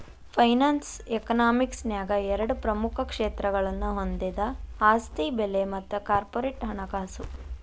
finance economics ನ್ಯಾಗ ಎರಡ ಪ್ರಮುಖ ಕ್ಷೇತ್ರಗಳನ್ನ ಹೊಂದೆದ ಆಸ್ತಿ ಬೆಲೆ ಮತ್ತ ಕಾರ್ಪೊರೇಟ್ ಹಣಕಾಸು